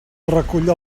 recull